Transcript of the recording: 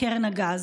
לקרן הגז.